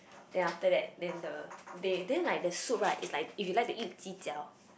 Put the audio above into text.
then after that then the they then like the soup right it's like if you like to eat ji-jiao